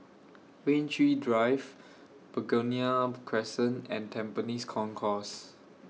Rain Tree Drive Begonia Crescent and Tampines Concourse